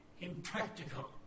impractical